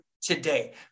Today